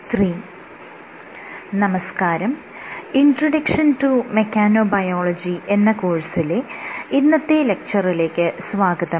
'introduction to mechanobiology' എന്ന കോഴ്സിലെ ഇന്നത്തെ ലെക്ച്ചറിലേക്ക് സ്വാഗതം